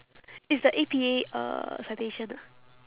it's the A_P_A uh citation ah